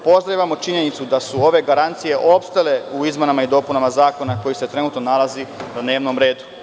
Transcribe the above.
Pozdravljamo činjenicu da su ove garancije opstale u izmenama i dopunama zakona koji se trenutno nalazi na dnevnom redu.